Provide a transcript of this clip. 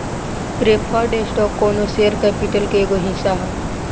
preferred stock कौनो share capital के एगो हिस्सा ह